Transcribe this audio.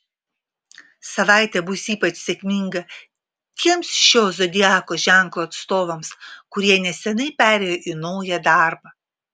savaitė bus ypač sėkminga tiems šio zodiako ženklo atstovams kurie neseniai perėjo į naują darbą